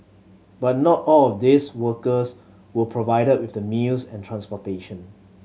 but not all of these workers were provided with the meals and transportation